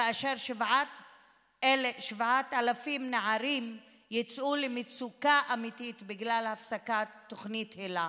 כאשר 7,000 נערים יצאו למצוקה אמיתית בגלל הפסקת תוכנית היל"ה.